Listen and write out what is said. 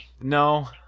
No